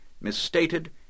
misstated